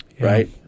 right